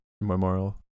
memorial